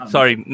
Sorry